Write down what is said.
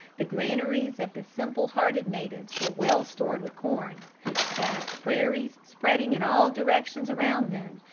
the granaries of the simple-hearted natives were well stored with corn vast prairies spreading in all directions around them,